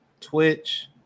Twitch